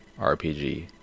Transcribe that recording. RPG